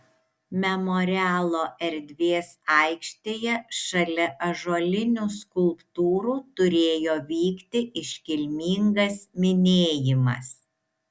memorialo erdvės aikštėje šalia ąžuolinių skulptūrų turėjo vykti iškilmingas minėjimas